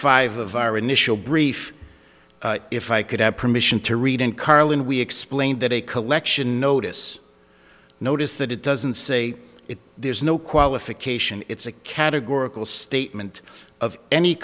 five of our initial brief if i could have permission to read in carlin we explain that a collection notice notice that it doesn't say it there's no qualification it's a categorical statement of any